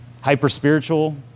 hyper-spiritual